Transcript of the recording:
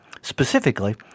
Specifically